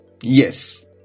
Yes